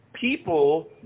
people